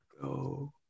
go